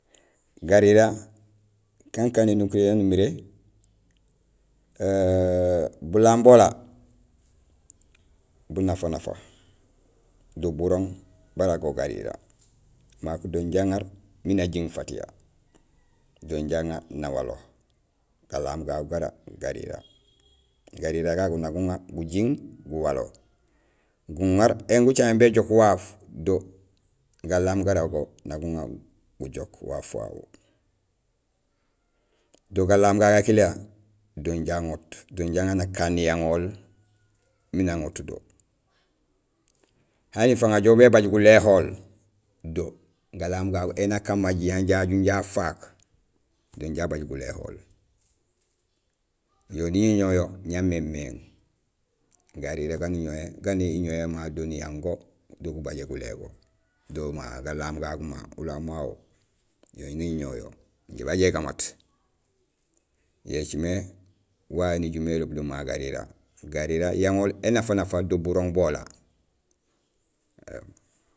Garira kankaan énukuréén yaan umiré bulaam bola bu nafa nafa do burooŋ bara go garira marok do inja aŋar miin ajing fatiya do inja aŋa nawalo galaam gagu gara garira, garira gagu nak guŋa gujing guwalo, guŋaar éni gujaméén béjook waaf do galaam gara go nak guŋa gujook waaf wawu do galaam gagu gakiliya do inja aŋoot, do inja aŋar nakaan yaŋool miin aŋoot do. Hani fang ajoow bébaaj guléhool do galaam gagu éni akaan ma jiyang yayu inja afaak do inja abaaj guléhol. Yo niñoñoow yo ñamémééŋ. Garira gaan iñowé ma do niyang go do gubajé gulé go do ma galaam gagu ma ulaam wawu yo niñoow yo injé bajahé gamaat yo écimé wawé niju mé iloob do mara garira. Garira yahool énafa nafa do burooŋ bola.